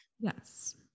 Yes